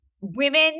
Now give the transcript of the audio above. women